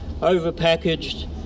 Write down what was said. overpackaged